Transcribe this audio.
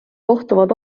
kohtuvad